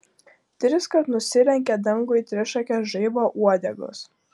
triskart nusilenkė dangui trišakės žaibo uodegos